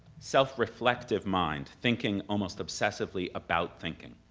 self-reflective mind thinking almost obsessively about thinking,